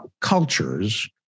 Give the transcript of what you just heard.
cultures